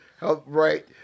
right